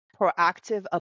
proactive